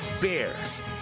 Bears